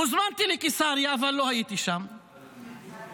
הוזמנתי לקיסריה, אבל לא הייתי שם, בסדר?